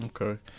okay